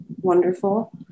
wonderful